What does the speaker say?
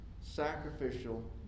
sacrificial